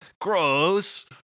Gross